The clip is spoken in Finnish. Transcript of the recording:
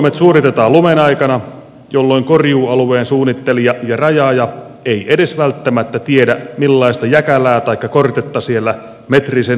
korjuutoimet suoritetaan lumen aikana jolloin korjuualueen suunnittelija ja rajaaja ei edes välttämättä tiedä millaista jäkälää taikka kortetta siellä metrisen hangen alla kasvaa